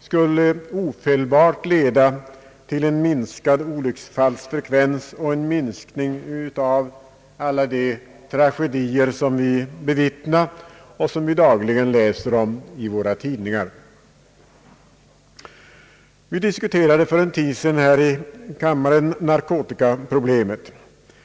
skulle ofelbart leda till en minskad olycksfallsfrekvens och en minskning av alla de tragedier vi bevittnar och dagligen läser om i våra tidningar. Vi diskuterade för en tid sedan här i kammaren narkotikaproblemet.